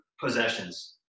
possessions